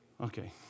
Okay